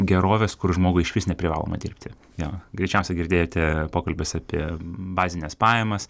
gerovės kur žmogui išvis neprivaloma dirbti jo greičiausiai girdėjote pokalbius apie bazines pajamas